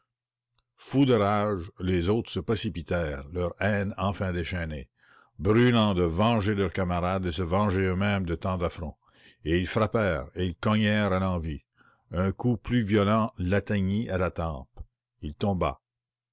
fous de rage les autres se précipitèrent leur haine enfin déchaînée brûlants de venger leurs camarades et de se venger eux-mêmes de tant d'affronts et ils frappèrent et ils cognèrent à l'envi un coup plus violent l'atteignit à la tempe il tomba